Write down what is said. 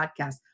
Podcast